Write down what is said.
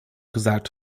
gesagt